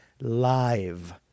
live